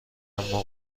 اما